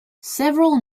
several